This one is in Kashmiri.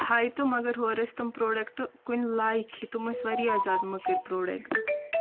ہاے تہٕ مگر ہورٕ ٲسۍ تِم پروڈکٹ کُنہِ لایکھی تِم ٲسۍ وارِیاہ زیادٕ مٔکٕرۍ پروڈیکٹ